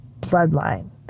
bloodline